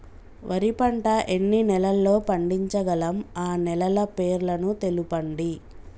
వరి పంట ఎన్ని నెలల్లో పండించగలం ఆ నెలల పేర్లను తెలుపండి?